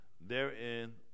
therein